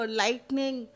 lightning